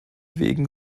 wegen